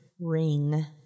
ring